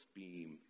beam